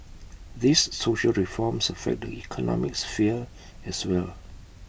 these social reforms affect the economic sphere as well